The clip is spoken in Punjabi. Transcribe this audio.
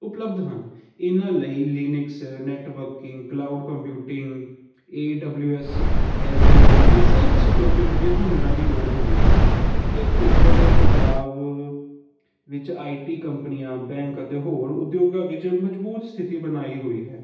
ਉਪਲਬੱਧ ਹਨ ਇਹਨਾਂ ਲਈ Linux networking cloud computing A W S Azure ਅਤੇ ਸਾਈਬਰ ਸਿਕਿਰਟੀ ਵਰਗੇ ਹੁਨਰਾਂ ਦੀ ਲੋੜ ਹੁੰਦੀ ਹੈ ਇਹ ਖੇਤਰ ਪੰਜਾਬ ਵਿੱਚ ਆਈ ਟੀ ਕੰਪਨੀਆਂ ਬੈਂਕ ਅਤੇ ਹੋਰ ਉਦਯੋਗ ਵਿੱਚ ਮਜ਼ਬੂਤ ਸਥਿਤੀ ਬਣਾਈ ਹੋਈ ਹੈ